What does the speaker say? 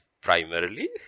primarily